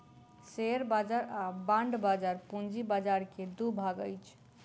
share बाजार आ bond बाजार पूंजी बाजार के दू भाग अछि